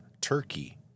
Turkey